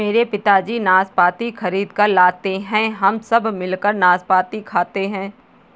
मेरे पिताजी नाशपाती खरीद कर लाते हैं हम सब मिलकर नाशपाती खाते हैं